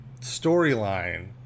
storyline